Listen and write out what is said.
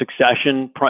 succession